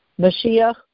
Mashiach